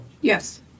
Yes